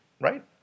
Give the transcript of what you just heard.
right